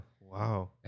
Wow